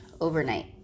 overnight